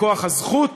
מכוח הזכות